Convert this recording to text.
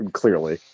clearly